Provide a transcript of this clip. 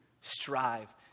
strive